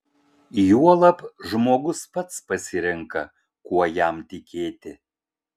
juolab žmogus pats pasirenka kuo jam tikėti